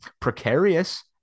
precarious